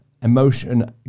Emotion